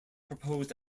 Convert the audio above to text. proposed